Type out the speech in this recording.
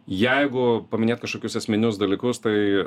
jeigu paminėt kažkokius esminius dalykus tai